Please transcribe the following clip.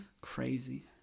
Crazy